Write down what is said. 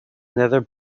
nether